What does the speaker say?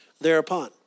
thereupon